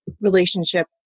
relationship